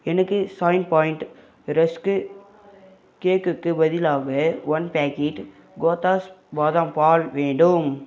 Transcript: எனக்கு சாய் பாயிண்ட் ரஸ்க்கு கேக்குக்கு பதிலாக ஒன் பேக்கெட் கோத்தாஸ் பாதாம் பால் வேண்டும்